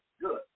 Good